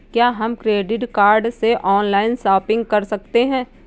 क्या हम credit card से ऑनलाइन शॉपिंग कर सकते हैं?